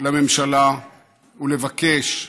לממשלה ולבקש,